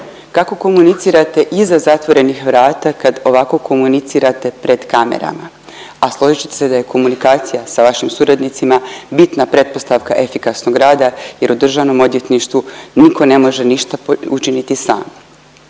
Kako komunicirate iza zatvorenih vrata kad ovako komunicirate pred kamerama? A složit ćete se da je komunikacija sa vašim suradnicima bitna pretpostavka efikasnog rada jer o državnom odvjetništvu niko ne može ništa učiniti sam.